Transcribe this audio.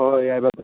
ꯍꯣꯏ ꯍꯣꯏ ꯌꯥꯏꯌꯦꯕ